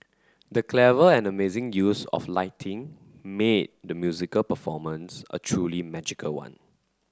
the clever and amazing use of lighting made the musical performance a truly magical one